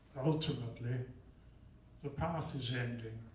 ultimately the path is ending.